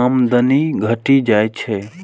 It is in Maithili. आमदनी घटि जाइ छै